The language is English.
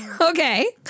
Okay